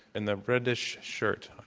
in the reddish shirt,